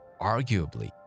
arguably